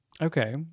okay